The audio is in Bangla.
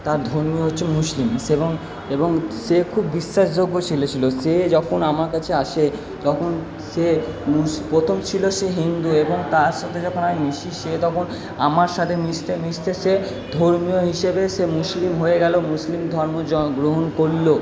তার ধর্ম হচ্ছে মুসলিম সেবং এবং সে খুব বিশ্বাসযোগ্য ছেলে ছিল সে যখন আমার কাছে আসে তখন সে প্রথম ছিল সে হিন্দু এবং তার সাথে যখন আমি মিশি সে তখন আমার সাথে মিশতে মিশতে সে ধর্মীয় হিসেবে সে মুসলিম হয়ে গেল মুসলিম ধর্ম গ্রহণ করলো